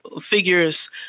figures